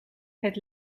het